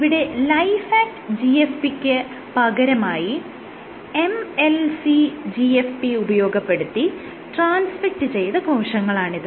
ഇവിടെ Lifeact GFP ക്ക് പകരമായി MLC GFP ഉപയോഗപ്പെടുത്തി ട്രാൻസ്ഫെക്ട് ചെയ്ത കോശങ്ങളാണിത്